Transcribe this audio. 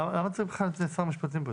למה צריך בכלל את שר המשפטים פה?